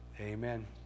amen